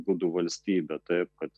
gudų valstybė taip kad